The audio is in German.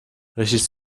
richtig